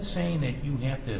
saying that you have to